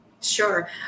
Sure